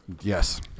Yes